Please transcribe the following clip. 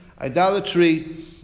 Idolatry